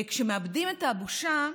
כשמאבדים את הבושה,